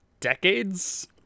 decades